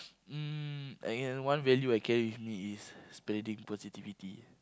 mm one value I carry with me is spreading positivity